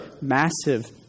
massive